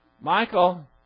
Michael